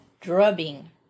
drubbing